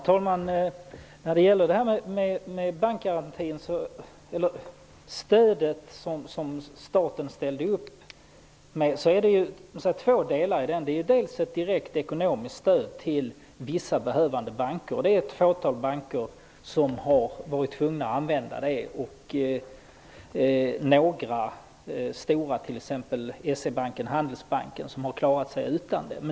Herr talman! Det stöd som staten ställde upp med inbegriper två delar. Det finns ett direkt ekonomiskt stöd till vissa behövande banker. Det är att fåtal banker som har varit tvungna att använda sig av detta stöd, medan några stora banker som S-E-Banken och Handelsbanken har klarat sig utan det.